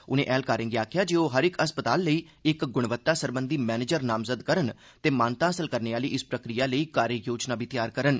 उनें ऐह्लकारें गी आखेआ जे ओह् हर इक अस्पताल लेई इक गुणवत्ता सरबंधी इक मैनेजर नामज़द करन ते मान्यता हासल करने आह्ली इस प्रक्रिया लेई कार्ययोजना बी तैयार करन